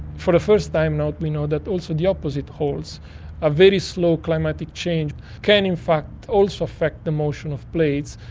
for the first time now we know that also the opposite holds a very slow climatic change can in fact also affect the motion of plates.